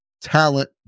talent